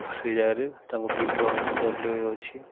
ସେ ଜାଗାରେ ତାଙ୍କ ପୀଠସ୍ଥଳୀ ଅଛି